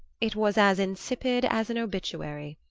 it was as insipid as an obituary.